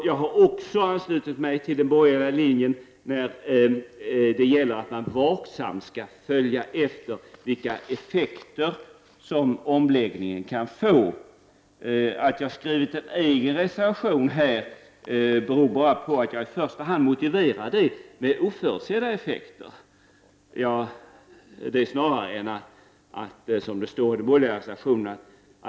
Jag har anslutit mig till den borgerliga linjen även då det gäller att vaksamt följa vilka effekter omläggningen kan få. Anledningen till att jag har skrivit en egen reservation på denna punkt är bara dessa oförutsedda effekter.